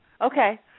Okay